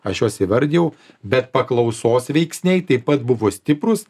aš juos įvardijau bet paklausos veiksniai taip pat buvo stiprūs